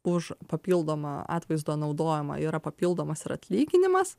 už papildomą atvaizdo naudojimą yra papildomas ir atlyginimas